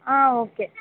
ಆಂ okay